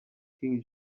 king